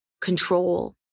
control